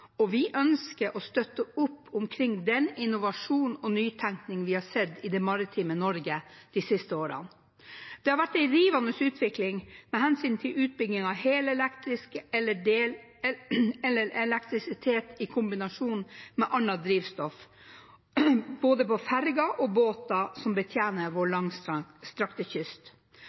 og vi ønsker å støtte opp om den innovasjon og nytenkning vi har sett i det maritime Norge de siste årene. Det har vært en rivende utvikling med hensyn til utbygging av helelektriske, eller elektrisitet i kombinasjon med annet drivstoff, både ferger og båter som betjener vår langstrakte kyst.